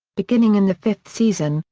beginning in the fifth season,